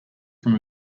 from